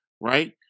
Right